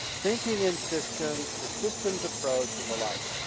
thinking in systems, the systems approach and the like.